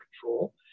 control